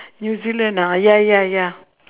new-zealand ah ya ya ya